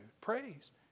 praise